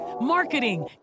marketing